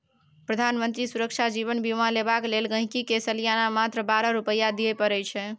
प्रधानमंत्री सुरक्षा जीबन बीमा लेबाक लेल गांहिकी के सलियाना मात्र बारह रुपा दियै परै छै